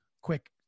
quick